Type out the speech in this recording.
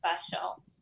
special